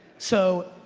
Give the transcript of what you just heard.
so,